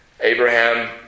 Abraham